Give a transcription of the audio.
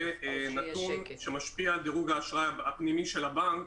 נתון שמשפיע על דירוג האשראי הפנימי של הבנק